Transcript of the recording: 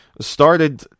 started